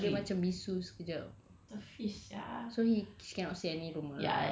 but the it's like she's just what the fish sia